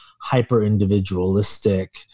hyper-individualistic